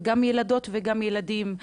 וגם ילדות וגם ילדים,